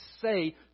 say